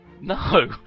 No